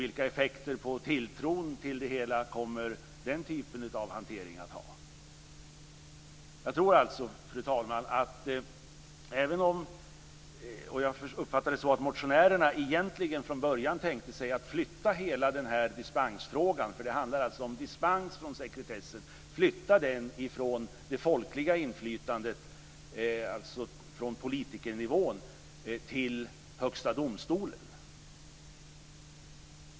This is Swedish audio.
Vilka effekter på tilltron till det hela kommer den typen av hantering att ha? Fru talman! Jag uppfattar det så att motionärerna egentligen från början tänkte sig att flytta hela dispensfrågan - det handlar alltså om dispens från sekretessen - från det folkliga inflytandet, dvs. från politikernivån, till Högsta domstolen.